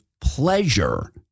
pleasure